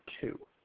two